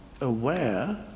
aware